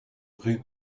rue